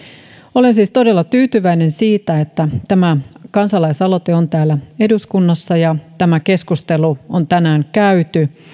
olen siis todella tyytyväinen siitä että tämä kansalaisaloite on täällä eduskunnassa ja tämä keskustelu on tänään käyty